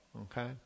Okay